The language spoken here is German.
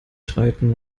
streiten